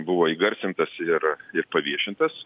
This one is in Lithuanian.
buvo įgarsintas ir ir paviešintas